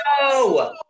No